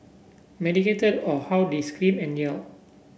medicated or how they scream and yell